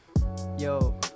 Yo